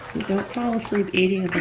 don't fall asleep eating